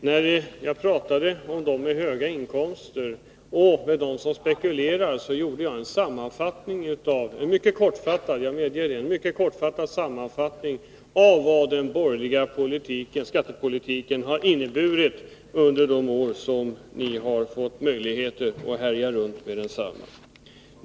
När jag talade om dem som har höga inkomster och om dem som spekulerar gjorde jag en mycket kortfattad — jag medger det — sammanfattning av vad den borgerliga skattepolitiken har inneburit under de år som ni har haft möjligheter att härja med dess hjälp.